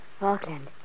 Auckland